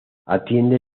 atiende